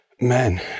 man